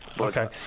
Okay